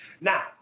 Now